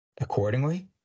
Accordingly